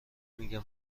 میگن